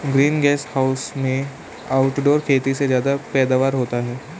green gas house में outdoor खेती से ज्यादा पैदावार होता है